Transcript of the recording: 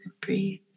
breathe